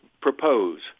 propose